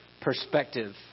perspective